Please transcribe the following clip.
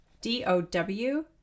D-O-W